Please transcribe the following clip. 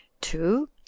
two